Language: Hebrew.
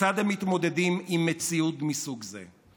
כיצד הם מתמודדים עם מציאות מסוג זה.